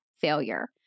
failure